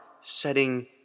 setting